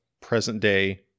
present-day